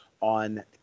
on